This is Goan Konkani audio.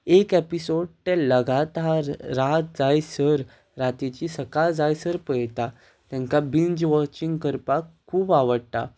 एक एपिसोड ते लगातार रात जाय सर रातीची सकाळ जाय सर पळयता तांकां बिंज वॉचींग करपाक खूब आवडटा